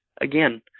again